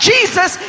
Jesus